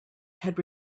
had